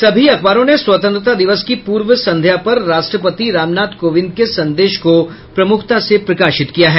सभी अखबारों ने स्वतंत्रता दिवस की पूर्व संध्या पर राष्ट्रपति रामनाथ कोविंद के संदेश को प्रमुखता से प्रकाशित किया है